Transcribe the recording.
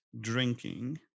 drinking